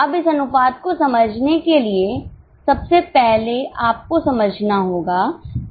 अब इस अनुपात को समझने के लिए सबसे पहले आपको समझना होगा कि योगदान क्या है